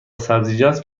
سبزیجات